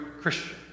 Christian